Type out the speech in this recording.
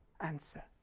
answer